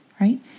right